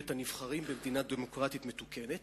בית-הנבחרים במדינה דמוקרטית מתוקנת.